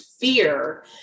fear